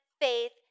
faith